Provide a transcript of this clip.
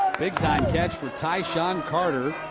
big time catch for tysean carter.